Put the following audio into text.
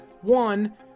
One